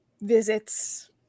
visits